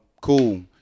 Cool